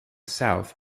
south